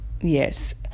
Yes